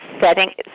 Setting